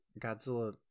Godzilla